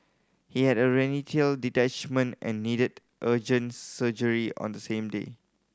he had a detachment and needed urgent surgery on the same day